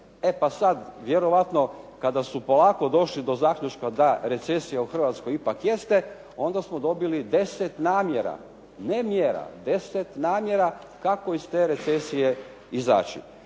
E pa sada vjerojatno kada su polako došli do zaključka da recesija u Hrvatskoj ipak jeste, onda smo dobili 10 namjera, ne mjera, 10 namjera kako iz te recesije izaći.